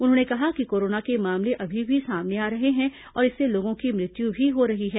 उन्होंने कहा कि कोरोना के मामले अभी भी सामने आ रहे हैं और इससे लोगों की मृत्यु भी हो रही है